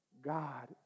God